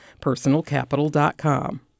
PersonalCapital.com